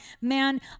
Man